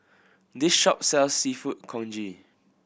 this shop sells Seafood Congee